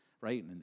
right